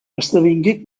esdevingué